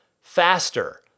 faster